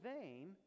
vain